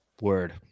Word